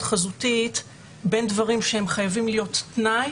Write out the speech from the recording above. חזותית בין דברים שחייבים להיות תנאי